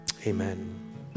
Amen